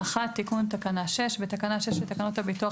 תיקון תקנה 6 1.בתקנה 6 לתקנות הביטוח